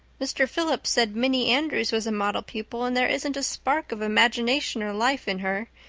mr. phillips said minnie andrews was a model pupil and there isn't a spark of imagination or life in her.